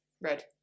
Red